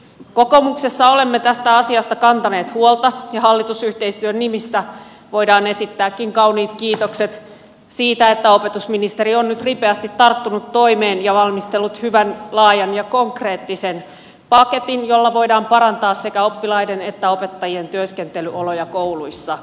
kokoomuksessa olemme tästä asiasta kantaneet huolta ja hallitusyhteistyön nimissä voidaankin esittää kauniit kiitokset siitä että opetusministeri on nyt ripeästi tarttunut toimeen ja valmistellut hyvän laajan ja konkreettisen paketin jolla voidaan parantaa sekä oppilaiden että opettajien työskentelyoloja kouluissa